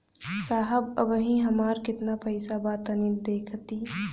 साहब अबहीं हमार कितना पइसा बा तनि देखति?